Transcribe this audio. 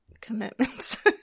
commitments